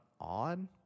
odd